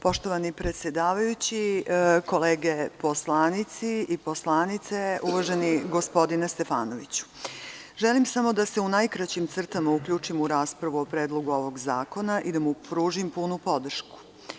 Poštovani predsedavajući, kolege poslanici i poslanice, uvaženi gospodine Stefanoviću, želim samo da se u najkraćim crtama uključim u raspravu o Predlogu ovog zakona i da mu pružim punu podršku.